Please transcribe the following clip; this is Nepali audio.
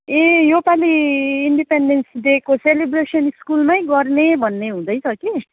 ए यो पालि इन्डिपेन्डेन्स डेको सेलिब्रेसन स्कुलमै गर्ने भन्ने हुँदैछ कि